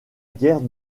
guerre